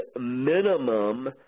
minimum